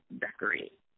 decorate